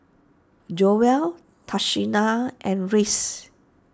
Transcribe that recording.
Joell Tashina and Rhys